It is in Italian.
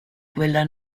quella